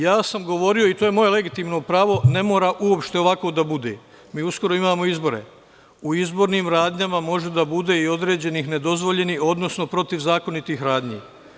Ja sam govorio, i to je moje legitimno pravo, ne mora uopšte ovako da bude, mi uskoro imamo izbore, u izbornim radnjama može da bude i određenih nedozvoljenih, odnosno protivzakonitih radnji.